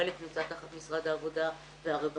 חלק נמצא תחת משרד העבודה והרווחה,